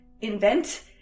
invent